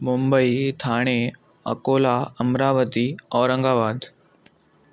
Mumbai Thane Akola Amravati Aurangabad